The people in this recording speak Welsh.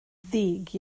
ddig